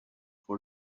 for